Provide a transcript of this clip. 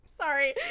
sorry